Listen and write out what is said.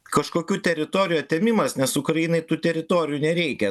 kažkokių teritorijų atėmimas nes ukrainai tų teritorijų nereikia